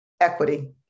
equity